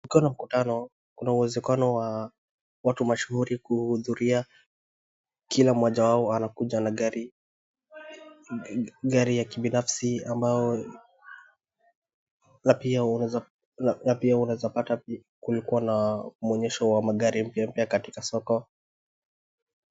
Kukiwa na mkutano kuna uwezekano wa watu mashuhuri kuhudhuria kila mmoja wao anakuja na gari, gari ya kibinafsi ambao na pia unaeza pata pia kulikuwa na muonyesho wa magari mpya mpya katika soko.